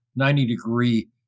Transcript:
90-degree